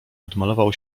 odmalował